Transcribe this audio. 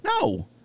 No